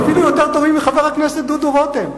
ואפילו יותר טובים מחבר הכנסת דודו רותם.